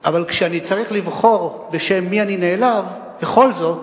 אבל כשאני צריך לבחור בשם מי אני נעלב, בכל זאת,